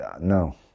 no